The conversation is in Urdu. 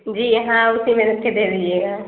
جی ہاں اسی میں رکھ کے دے دیجیے گا